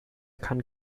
kann